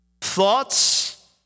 Thoughts